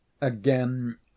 Again